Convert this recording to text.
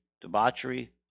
debauchery